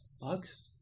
bugs